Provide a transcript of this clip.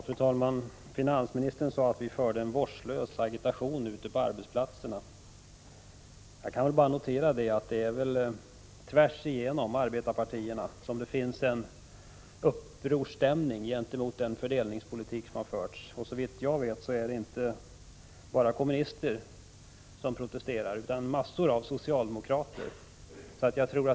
Fru talman! Finansministern sade att vi för en vårdslös agitation ute på arbetsplatserna. Jag kan bara notera att upprorsstämningen gentemot den fördelningspolitik som har förts finns tvärsigenom arbetarpartierna. Såvitt jag vet är det inte bara kommunister som protesterar utan även massor av socialdemokrater.